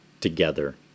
together